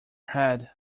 head